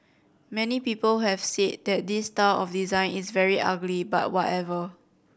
many people have said that this style of design is very ugly but whatever